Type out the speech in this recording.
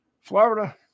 Florida